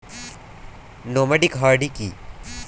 Nomadic হার্ডি কি?